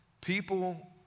People